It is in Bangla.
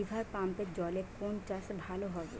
রিভারপাম্পের জলে কোন চাষ ভালো হবে?